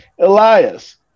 Elias